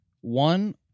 one